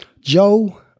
Joe